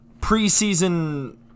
preseason